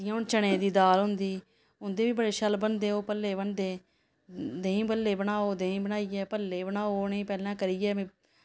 जियां हून चनें दा दाल होंदी उं'दे बी बड़े शैल बनदे ओह् भल्ले बनदे देहीं भल्ले बनाओ देहीं बनाइयै भल्ले बनाओ उ'नेंगी पैह्लें करियै म